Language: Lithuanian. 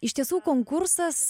iš tiesų konkursas